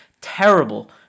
terrible